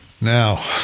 Now